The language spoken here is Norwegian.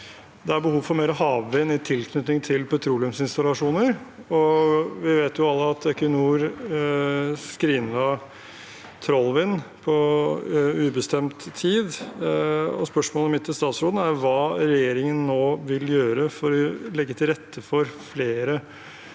tildeling av kraft vind i tilknytning til petroleumsinstallasjoner, og vi vet jo alle at Equinor skrinla Trollvind på ubestemt tid. Spørsmålet mitt til statsråden er hva regjeringen nå vil gjøre for å legge til rette for flere